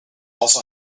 also